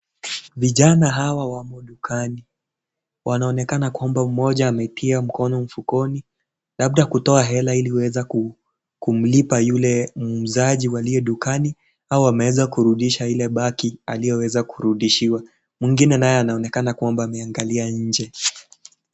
Vijana hawa wamo dukani, wanaonekana kwamba mmoja ametia mkono mfukoni, labda kutoa hela ili waweze kumplipa yule muuzaji waliye dukani, au ameweza kurudisha ile baki iliyoweza kurudishiwa. Mwingine naye anaonekana kwamba ameangalia nje.